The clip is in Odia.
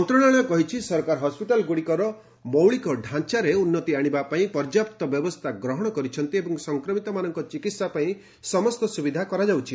ମନ୍ତ୍ରଣାଳୟ କହିଛି ସରକାର ହସ୍କିଟାଲ୍ଗୁଡ଼ିକର ମୌଳିକ ଢାଞ୍ଚାରେ ଉନ୍ନତି ଆଣିବା ପାଇଁ ପର୍ଯ୍ୟାପ୍ତ ବ୍ୟବସ୍ଥା ଗ୍ରହଣ କରିଛନ୍ତି ଓ ସଫକ୍ରମିତମାନଙ୍କର ଚିକିହା ପାଇଁ ସମସ୍ତ ସୁବିଧା କରାଯାଉଛି